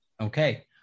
Okay